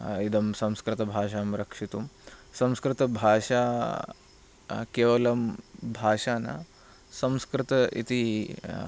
इदं संस्कृतभाषां रक्षितुं संस्कृतभाषा केवलं भाषा न संस्कृत इति